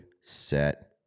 set